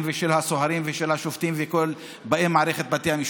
ושל הסוהרים ושל השופטים ושל כל באי מערכת בתי המשפט.